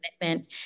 commitment